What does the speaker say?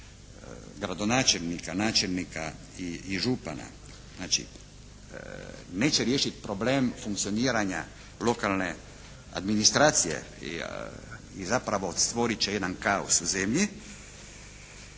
gradonačelnika, načelnika i župana, znači neće riješiti problem funkcioniranja lokalne administracije i zapravo stvorit će jedan kaos u zemlji.